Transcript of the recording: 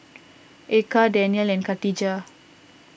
Eka Danial and Katijah